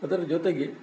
ಅದರ ಜೊತೆಗೆ